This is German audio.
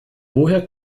woher